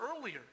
earlier